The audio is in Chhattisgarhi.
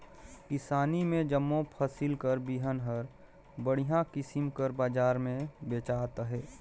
किसानी में जम्मो फसिल कर बीहन हर बड़िहा किसिम कर बजार में बेंचात अहे